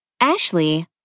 ashley